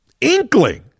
inkling